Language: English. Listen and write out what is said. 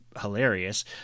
hilarious